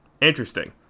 Interesting